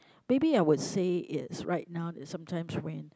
maybe I would say it's right now it's sometimes when